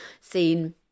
seen